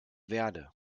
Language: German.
verde